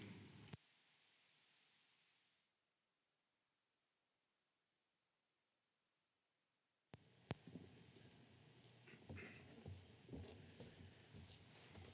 Kiitos.